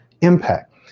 Impact